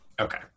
Okay